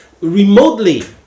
remotely